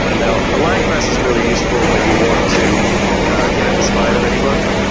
ah now, a lying press is really useful when you want to get at the spine of any book,